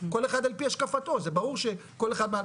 כל אחד על פי בהשקפתו זה ברור כל אחד,